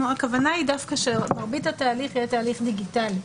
הכוונה שמרבית התהליך יהיה תהליך דיגיטלי,